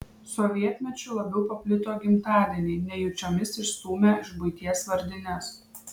sovietmečiu labiau paplito gimtadieniai nejučiomis išstūmę iš buities vardines